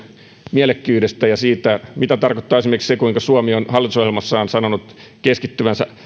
mielekkyydestä ja siitä mitä tarkoittaa esimerkiksi se kuinka suomi on hallitusohjelmassaan sanonut keskittyvänsä